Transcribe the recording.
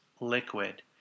liquid